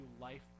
life